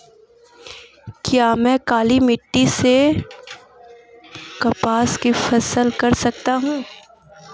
क्या मैं काली मिट्टी में कपास की फसल कर सकता हूँ?